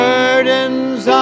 Burdens